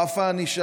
מה רף הענישה?